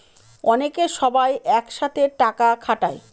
অনেকে সবাই এক সাথে টাকা খাটায়